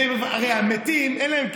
הרי המתים אין להם כסף.